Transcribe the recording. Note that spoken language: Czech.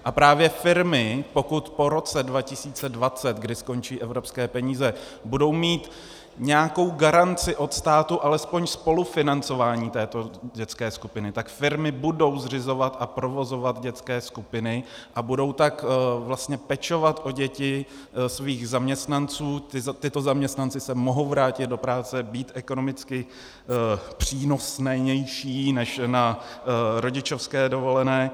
A právě firmy, pokud po roce 2020, kdy skončí evropské peníze, budou mít nějakou garanci od státu alespoň spolufinancování této dětské skupiny, tak firmy budou zřizovat a provozovat dětské skupiny a budou tak pečovat o děti svých zaměstnanců, tito zaměstnanci se mohou vrátit do práce a být ekonomicky přínosnější než na rodičovské dovolené.